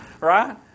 Right